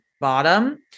bottom